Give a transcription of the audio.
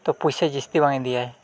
ᱛᱳ ᱯᱚᱭᱥᱟ ᱡᱟᱹᱥᱛᱤ ᱵᱟᱝ ᱤᱫᱤᱭᱟᱭ